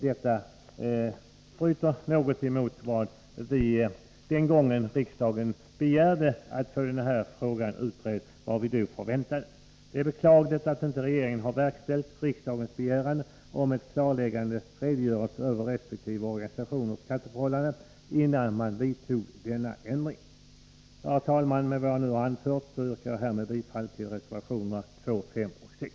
Detta strider något mot vad vi förväntade oss den gången riksdagen begärde att få denna fråga utredd. Det är beklagligt att inte regeringen har tillgodosett riksdagens begäran om en klarläggande redogörelse för resp. organisations skatteförhållanden innan man vidtog denna ändring. Herr talman! Med vad jag nu har anfört yrkar jag bifall till reservationerna 2, 5 och 6.